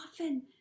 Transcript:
often